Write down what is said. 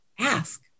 ask